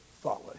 follow